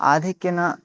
आधिक्येन